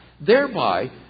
thereby